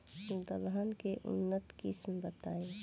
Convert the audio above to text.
दलहन के उन्नत किस्म बताई?